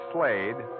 Slade